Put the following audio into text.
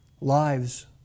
lives